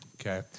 Okay